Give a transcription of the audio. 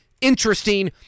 interesting